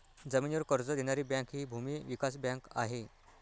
जमिनीवर कर्ज देणारी बँक हि भूमी विकास बँक आहे